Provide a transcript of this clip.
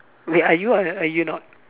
wait are you or are you not